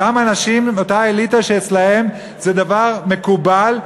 אותם אנשים הם אותה אליטה שאצלם זה דבר מקובל,